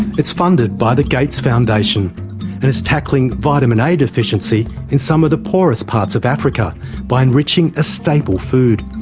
it's funded by the gates foundation and is tackling vitamin a deficiency in some of the poorest parts of africa by enriching a staple food,